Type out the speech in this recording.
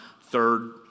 third